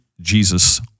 Jesus